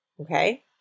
Okay